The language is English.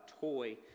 toy